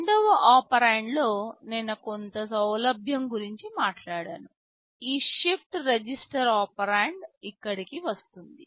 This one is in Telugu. రెండవ ఒపెరాండ్లో నేను కొంత సౌలభ్యం గురించి మాట్లాడాను ఈ షిఫ్ట్డ్ రిజిస్టర్ ఒపెరాండ్ ఇక్కడకు వస్తుంది